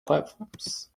platforms